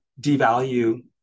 devalue